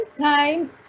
time